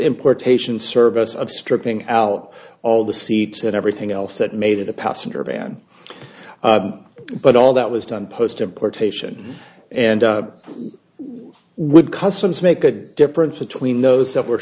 importation service of stripping out all the seats and everything else that made it a passenger van but all that was done post importation and with customs make a difference between those that were